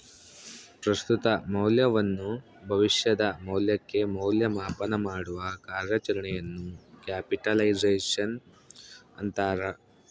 ಪ್ರಸ್ತುತ ಮೌಲ್ಯವನ್ನು ಭವಿಷ್ಯದ ಮೌಲ್ಯಕ್ಕೆ ಮೌಲ್ಯ ಮಾಪನಮಾಡುವ ಕಾರ್ಯಾಚರಣೆಯನ್ನು ಕ್ಯಾಪಿಟಲೈಸೇಶನ್ ಅಂತಾರ